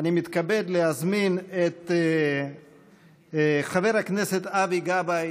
אני מתכבד להזמין את חבר הכנסת אבי גבאי